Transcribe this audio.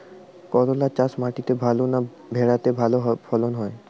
করলা চাষ মাটিতে ভালো না ভেরাতে ভালো ফলন হয়?